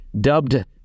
dubbed